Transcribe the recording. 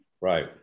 Right